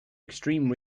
extreme